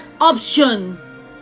option